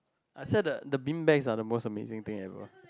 I swear the the bean are the most amazing thing ever